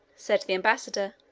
said the ambassador,